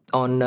on